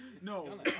No